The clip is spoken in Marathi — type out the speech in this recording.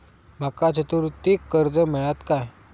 माका चतुर्थीक कर्ज मेळात काय?